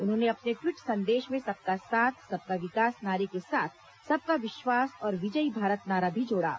उन्होंने अपने ट्वीट संदेश में सबका साथ सबका विकास नारे के साथ सबका विश्वास और विजयी भारत नारा भी जोड़ा